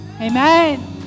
amen